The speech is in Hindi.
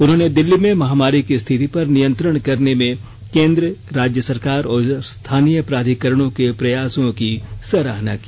उन्होंने दिल्ली में महामारी की स्थिति पर नियंत्रण करने में केंद्र राज्य सरकार और स्थानीय प्राधिकरणों के प्रयासों की सराहना की